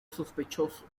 sospechoso